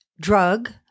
drug